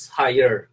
higher